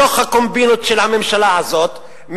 בתוך הקומבינות של הממשלה הזאת,